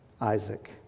Isaac